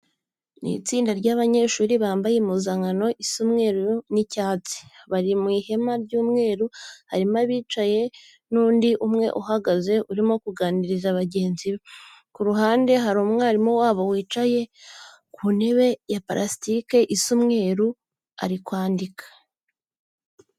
Ni itsinda ry'abanyehuri bambaye impuzankano isa umweru n'icyatsi, bari mu ihema ry'umweru. Harimo abicaye n'undi umwe uhagaze urimo kuganiriza bagenzi be, ku ruhande hari umwarimu wabo wicaye ku ntebe ya parasitike isa umweru uri kwandika.